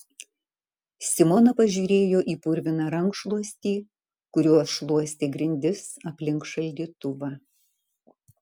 simona pažiūrėjo į purviną rankšluostį kuriuo šluostė grindis aplink šaldytuvą